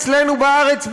אצלנו בארץ,